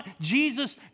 Jesus